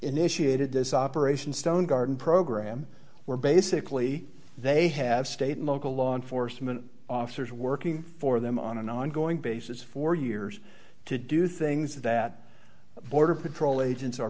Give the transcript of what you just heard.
initiated this operation stone garden program where basically they have state and local law enforcement officers working for them on an ongoing basis for years to do things that border patrol agents